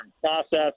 process